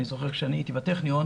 אני זוכר כשאני הייתי בטכניון,